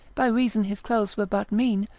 by reason his clothes were but mean,